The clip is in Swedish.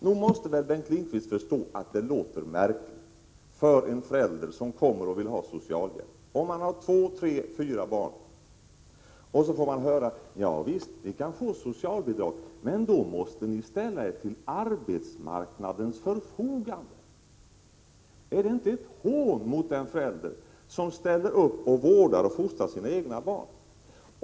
Nog måste väl Bengt Lindqvist förstå att det låter märkligt för en förälder som vill ha socialhjälp och som har två, tre eller fyra barn när han eller hon får höra: Ja visst, ni kan få socialbidrag, men då måste ni ställa er till arbetsmarknadens förfogande! Är det inte ett hån mot den förälder som ställer upp och vårdar och fostrar sina egna barn?